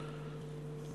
אני בטוח, יאיר,